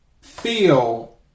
feel